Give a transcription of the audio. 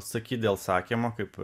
sakyt dėl sakymo kaip